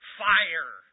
fire